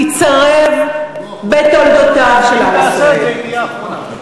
תיצרב בתולדותיו של עם ישראל,